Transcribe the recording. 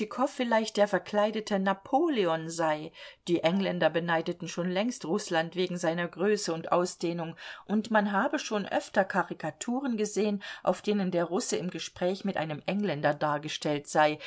vielleicht der verkleidete napoleon sei die engländer beneideten schon längst rußland wegen seiner größe und ausdehnung und man habe schon öfter karikaturen gesehen auf denen der russe im gespräch mit einem engländer dargestellt sei